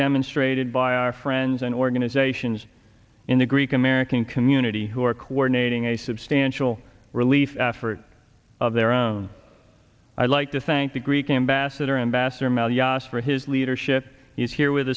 demonstrated by our friends and organizations in the greek american community who are coordinating a substantial relief effort of their own i'd like to thank the greek ambassador ambassador mal yosh for his leadership he's here with